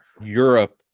Europe